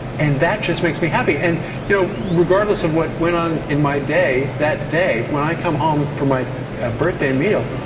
and that just makes me happy. and you know regardless of what went on in my day that day, when i come home for my birthday meal,